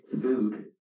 food